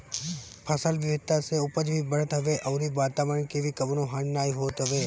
फसल विविधता से उपज भी बढ़त हवे अउरी वातवरण के भी कवनो हानि नाइ होत हवे